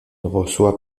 reçoit